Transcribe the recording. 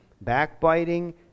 backbiting